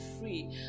free